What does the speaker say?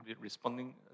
responding